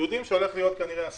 יודעים שכנראה הולך להיות אסון,